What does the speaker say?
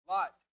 Lot